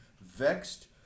vexed